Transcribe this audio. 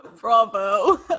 Bravo